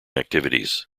activities